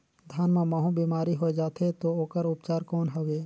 धान मां महू बीमारी होय जाथे तो ओकर उपचार कौन हवे?